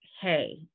hey